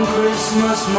Christmas